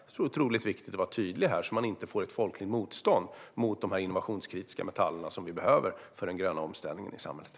Det är otroligt viktigt att vara tydlig här så att man inte får ett folkligt motstånd mot de här innovationskritiska metallerna som vi behöver för den gröna omställningen i samhället.